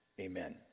Amen